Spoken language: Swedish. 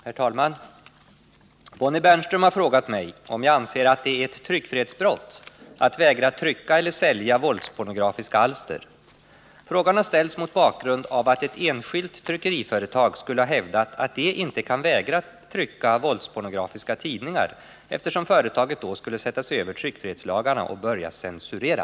Herr talman! Bonnie Bernström har frågat mig om jag anser att det är ett tryckfrihetsbrott att vägra trycka eller sälja våldspornografiska alster. Frågan har ställts mot bakgrund av att ett enskilt tryckeriföretag skulle ha hävdat att det inte kan vägra trycka våldspornografiska tidningar, eftersom företaget då skulle sätta sig över tryckfrihetslagarna och börja censurera.